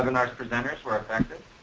um and presenters were effective?